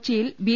കൊച്ചിയിൽ ബി